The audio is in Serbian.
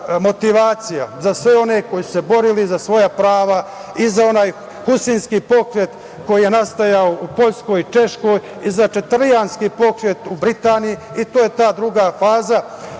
motivacija za sve one koji su se borili za svoja prava i za onaj husinski pokret koji je nastajao u Poljskoj, Češkoj i za četerijanski pokret u Britaniji, i to je ta druga faza